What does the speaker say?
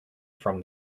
from